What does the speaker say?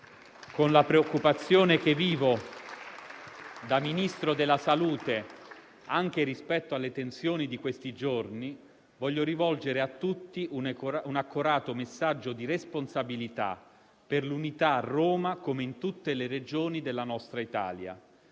con la preoccupazione che vivo da Ministro della salute, anche rispetto alle tensioni di questi giorni, voglio rivolgere a tutti un accorato messaggio di responsabilità, per l'unità a Roma, come in tutte le Regioni della nostra Italia.